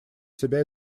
себя